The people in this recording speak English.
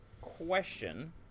question